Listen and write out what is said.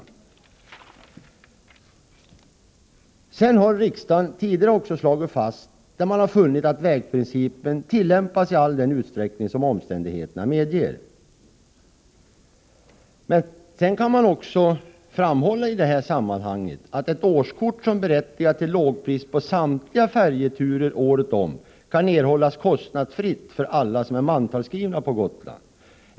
Riksdagen har också tidigare slagit fast att vägprincipen tillämpas i all den utsträckning som omständigheterna medger. I detta sammanhang kan man även framhålla att ett årskort som berättigar till lågpris på samtliga färjeturer året om kan erhållas kostnadsfritt för alla som är mantalsskrivna på Gotland.